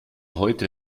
heute